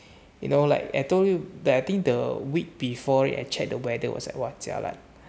you know like I told you that I think the week before it I check the weather was like !whoa! jialat